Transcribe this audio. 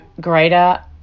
greater